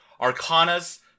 Arcana's